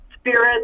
spirits